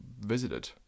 visited